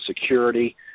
security